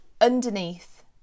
underneath